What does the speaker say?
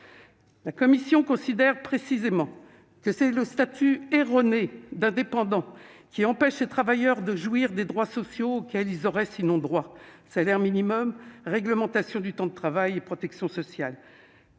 La Commission considère précisément que c'est le statut erroné d'indépendant qui empêche ces travailleurs de jouir des droits sociaux auxquels ils devraient sans cela avoir droit : salaire minimum, réglementation du temps de travail, protection sociale.